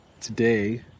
today